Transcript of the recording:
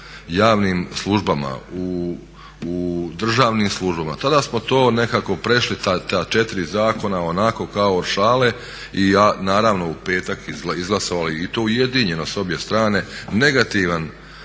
javnim službama, u državnim službama tada smo to nekako prešli ta 4 zakona onako kao od šale i naravno u petak izglasovali i to ujedinjeno s obje strane negativno,